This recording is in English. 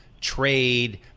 trade